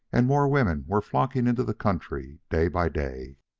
and more women were flocking into the country day by day.